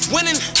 Winning